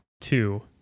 Two